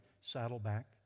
Saddleback